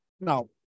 Now